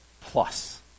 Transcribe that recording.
plus